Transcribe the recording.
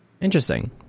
Interesting